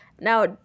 Now